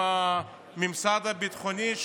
עם הממסד הביטחוני,